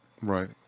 Right